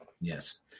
Yes